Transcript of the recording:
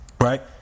Right